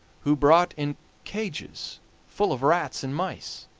who brought in cages full of rats and mice.